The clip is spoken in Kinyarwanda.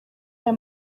aya